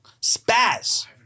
Spaz